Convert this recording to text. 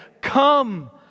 come